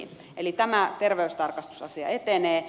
eli tämä terveystarkastusasia etenee